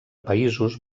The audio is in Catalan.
països